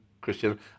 Christian